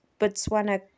Botswana